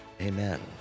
Amen